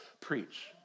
preach